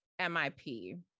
MIP